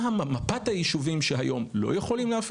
מה מפת הישובים שהיום לא יכולים להפעיל